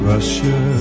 Russia